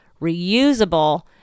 reusable